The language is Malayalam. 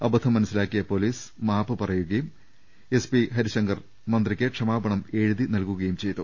അബദ്ധം മനസ്സിലാക്കിയ പൊലീസ് മാപ്പ് പറയുകയും എസ്പി ഹരി ശങ്കർ മന്ത്രിക്ക് ക്ഷമാപണം എഴുതി നൽകുകയും ചെയ്തു